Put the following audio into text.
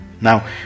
Now